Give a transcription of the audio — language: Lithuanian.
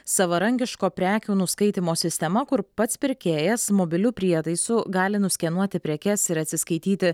savarankiško prekių nuskaitymo sistema kur pats pirkėjas mobiliu prietaisu gali nuskenuoti prekes ir atsiskaityti